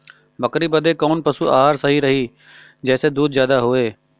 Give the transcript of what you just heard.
बकरी बदे कवन पशु आहार सही रही जेसे दूध ज्यादा होवे?